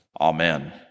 Amen